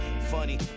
funny